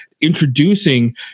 introducing